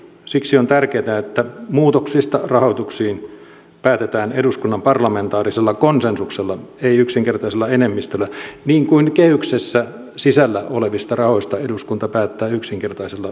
siksi on tärkeätä että muutoksista rahoituksiin päätetään eduskunnan parlamentaarisella konsensuksella ei yksinkertaisella enemmistöllä niin kuin kehyksessä sisällä olevista rahoista eduskunta päättää yksinkertaisella enemmistöllä